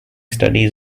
studies